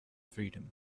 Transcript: freedom